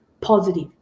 positive